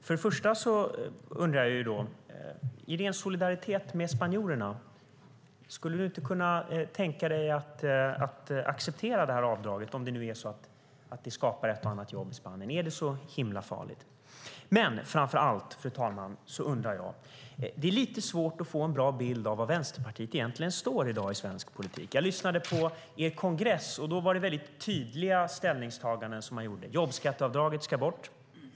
Först och främst undrar jag: I ren solidaritet med spanjorerna, skulle du inte kunna tänka dig att acceptera avdraget om det nu skapar ett och annat jobb i Spanien? Är det så himla farligt? Det är lite svårt att få en bild av var Vänsterpartiet egentligen står i dag i svensk politik. Jag lyssnade lite på er kongress. Det var väldigt tydliga ställningstaganden som man gjorde. Jobbskatteavdraget ska bort.